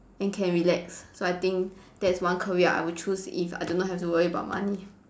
and can relax so I think that's one career I would choose if I do not have to worry about money